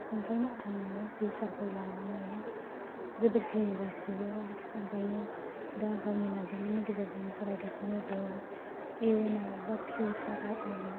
ओंखायनो आङो फिउचारखौ लानानै जोबोद जिंगा सियो ओंखायनो दा गावनि नाजानायनि गेजेरजों फरायगासिनो दं इयुनाव एबा फिउचाराव आं